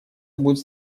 будет